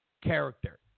character